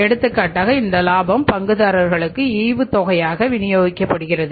எடுத்துக்காட்டாக இந்த லாபம் பங்குதாரர்களுக்கு ஈவுத்தொகையாக விநியோகிக்கப்படுகிறது